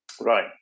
Right